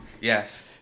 Yes